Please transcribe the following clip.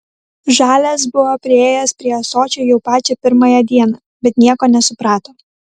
žalias buvo priėjęs prie ąsočio jau pačią pirmąją dieną bet nieko nesuprato